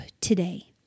today